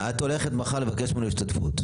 את הולכת מחר לבקש ממנו השתתפות.